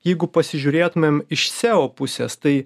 jeigu pasižiūrėtumėm iš seo pusės tai